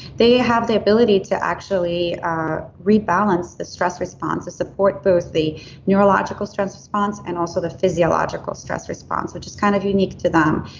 they have the ability to actually rebalance the stress response to support both the neurological stress response and also the physiological stress response which is kind of unique to them.